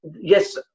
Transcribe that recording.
yes